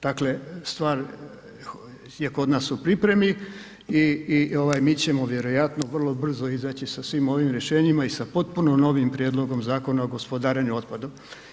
Dakle stvar je kod nas u pripremi i mi ćemo vjerojatno vrlo brzo izaći sa svim ovim rješenjima i sa popuno novim prijedlogom Zakona o gospodarenju otpadom.